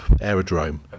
aerodrome